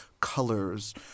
colors